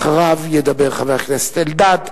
אחריו ידבר חבר הכנסת אלדד,